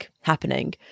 happening